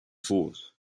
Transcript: thought